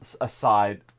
aside